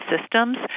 systems